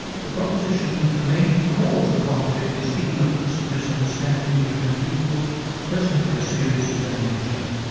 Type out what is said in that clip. the proposition that the main cause of conflict is ignorance and misunderstanding between peoples doesn't bear serious examination.